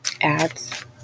ads